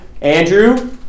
Andrew